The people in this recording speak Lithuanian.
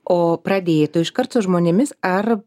o pradėjai tu iškart su žmonėmis ar